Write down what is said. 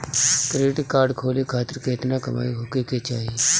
Credit card खोले खातिर केतना कमाई होखे के चाही?